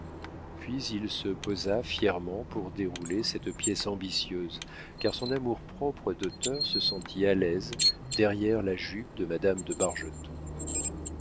puis il se posa fièrement pour dérouler cette pièce ambitieuse car son amour-propre d'auteur se sentit à l'aise derrière la jupe de madame de